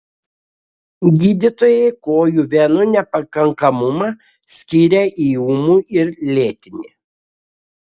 gydytojai kojų venų nepakankamumą skiria į ūmų ir lėtinį